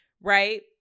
Right